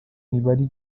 ntibari